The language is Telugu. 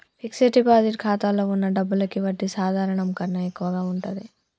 ఫిక్స్డ్ డిపాజిట్ ఖాతాలో వున్న డబ్బులకి వడ్డీ సాధారణం కన్నా ఎక్కువగా ఉంటది